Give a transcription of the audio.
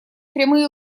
прямые